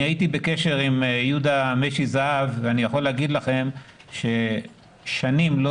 אני הייתי בקשר עם יהודה משי-זהב ואני יכול לומר לכם ששנים לא